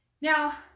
Now